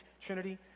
Trinity